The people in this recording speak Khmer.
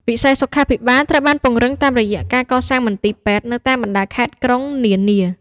វិស័យសុខាភិបាលត្រូវបានពង្រឹងតាមរយៈការកសាងមន្ទីរពេទ្យនៅតាមបណ្តាខេត្តក្រុងនានា។